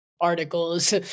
articles